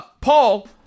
Paul